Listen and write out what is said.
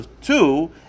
two